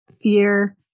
fear